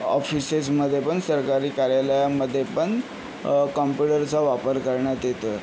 ऑफिसेसमध्ये पण सरकारी कार्यालयांमध्ये पण कॉम्प्युटरचा वापर करण्यात येतो आहे